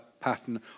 pattern